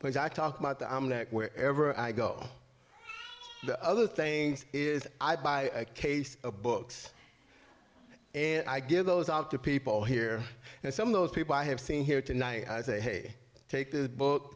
which i talk about that i'm not wherever i go the other thing is i buy a case of books and i give those out to people here and some of those people i have seen here tonight i say take the book